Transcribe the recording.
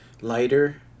Lighter